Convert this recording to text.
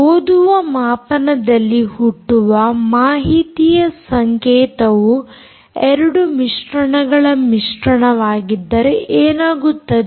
ಓದುವ ಮಾಪನದಲ್ಲಿ ಹುಟ್ಟುವ ಮಾಹಿತಿಯ ಸಂಕೇತವು ಎರಡು ಮಿಶ್ರಣಗಳ ಮಿಶ್ರಣವಾಗಿದ್ದರೆ ಏನಾಗುತ್ತದೆ